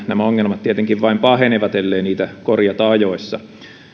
nämä ongelmat tietenkin vain pahenevat ellei niitä korjata ajoissa